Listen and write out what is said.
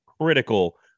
critical